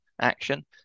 action